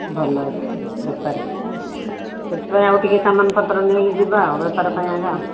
ଭଲ ଅଛି ବେପାର ସେଥିପାଇଁ ଆଉ ଟିକିଏ ସାମାନପତ୍ର ନେଇକି ଯିବା ଆଉ ବେପାର ପାଇଁ ଏକା ଆଉ